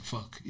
Fuck